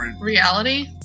reality